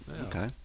Okay